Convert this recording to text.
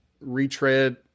retread